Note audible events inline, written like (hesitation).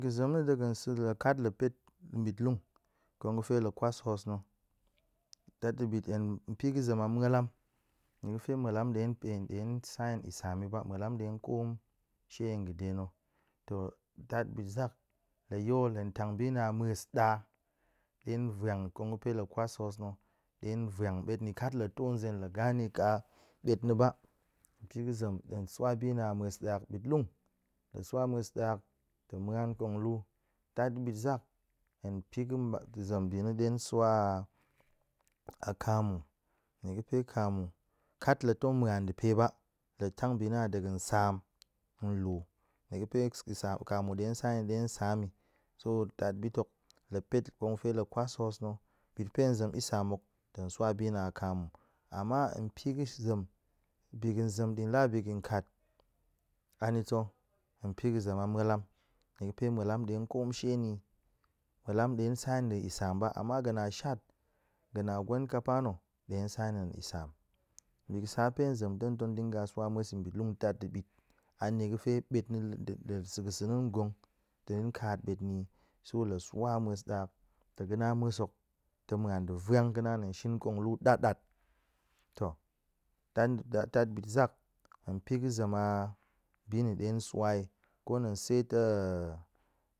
Bi ga̱ zem na̱ de ga̱ sa̱ kat la pet nbitlun, kong ga̱fe la kwas hoos na̱. tat nbit hen pi ga̱ zem a mualam nie ga̱fe mualam ɗe pen ɗe sa hen yisam yi ba, mualam ɗe koom she i nga̱de na̱, to tat bit zak, la yol hen tang bi na̱ a mues ɗa ɗe vwang kong ga̱pe la kwas hoos na̱, ɗe vwang bet na̱ kat la too nzen la gane kat bet na̱ ba, pi ga̱ zem teng swa bi na̱ a mues ɗa bit lun, tong swa mues ɗa, tong muan kong lu, tat bit zak, hen pi ga̱ mang zem bi na̱ hen swa (hesitation) a kamu nie ga̱pe kamu kat la tong muan ɗe pe ba, la tang be na̱ a ɗe ga̱n sạa̱m nlu nie ga̱pe yi sa̱a̱m kamu de sa hen ɗe sa̱a̱m yi, so tat bit hok la pet kong ga̱fe la kwas hoos na̱ bit pe hen zem isa̱a̱m hok tong swa bi na̱ a kamu, ama hen pi ga̱ zem bi ga̱n zem din la bi ga̱n kat anita̱ hen pi ga̱ zem a mualam nie ga̱fe mualam ɗe koom she ni yi, mualam ɗe sa hen ɗa̱a̱n isa̱a̱m ba, ama ga̱ na shat, ga̱ na gwen kapa na̱, ɗe sa hen ɗa̱a̱n isa̱a̱m. Bi ga̱ sa pe hen zem de tong dinga swa mues i bit lun tat di bit, a nie ga̱fe bet na̱ (unintelligible) sa̱ ga̱ sa̱ na̱ ngong de kaat bet na̱ yi, so la swa mues ɗa tong ga̱ na mues hok tong muan de vwang ga̱ na̱ tong shin kong lu ɗat ɗat to tat-tat bit zak hen pi ga̱ zem a bi na̱ ɗe swa yi, ko hen seet (hesitation)